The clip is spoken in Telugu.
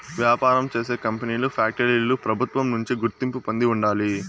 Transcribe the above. వ్యాపారం చేసే కంపెనీలు ఫ్యాక్టరీలు ప్రభుత్వం నుంచి గుర్తింపు పొంది ఉండాలి